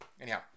Anyhow